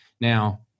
Now